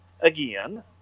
Again